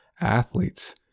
Athletes